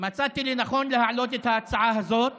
מצאתי לנכון להעלות את ההצעה זאת